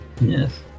Yes